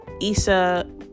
Issa